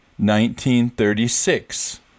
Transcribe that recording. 1936